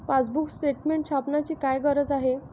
Passbook statement छापण्याची काय गरज आहे?